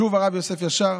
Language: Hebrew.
שוב הרב יוסף ישר,